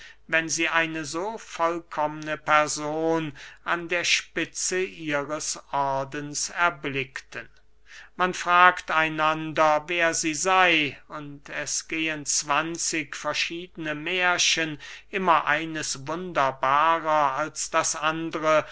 wenn sie eine so vollkommne person an der spitze ihres ordens erblickten man fragt einander wer sie sey und es gehen zwanzig verschiedene mährchen immer eines wunderbarer als das andere